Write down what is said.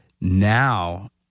Now